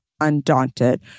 Undaunted